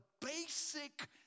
basic